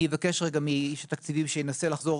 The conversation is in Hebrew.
אני אבקש רגע מאיש התקציבים שינסה לחזור